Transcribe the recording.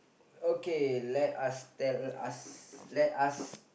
okay let us tell us let us